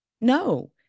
no